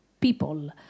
people